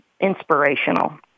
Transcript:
inspirational